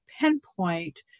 pinpoint